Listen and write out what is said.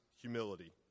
humility